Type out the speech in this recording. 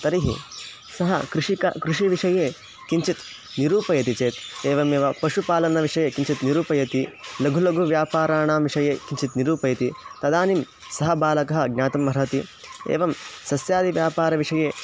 तर्हि सः कृषिकः कृषिविषये किञ्चित् निरूपयति चेत् एवमेव पशुपालनविषये किञ्चित् निरूपयति लघुलघुव्यापाराणां विषये किञ्चित् निरूपयति तदानीं सः बालकः ज्ञातुम् अर्हति एवं सस्यादिव्यापारविषये